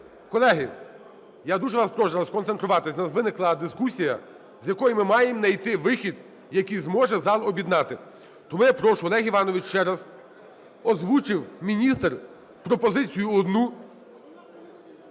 Колеги, я дуже вас прошу сконцентруватись, у нас виникла дискусія, з якої ми маємо найти вихід, який зможе зал об'єднати. Тому я прошу, Олегу Івановичу, ще раз – озвучив міністр пропозицію одну